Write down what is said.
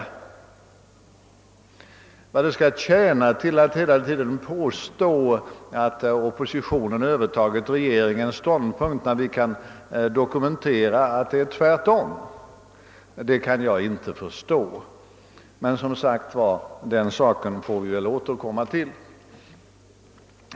Vad skall det tjäna till att hela tiden påstå att oppositionen övertagit regeringens ståndpunkt när vi kan dokumentera att det är tvärtom kan jag inte förstå, men den saken får vi väl som sagt återkomma till.